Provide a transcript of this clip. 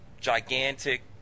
gigantic